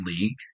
League